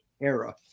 era